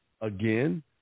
again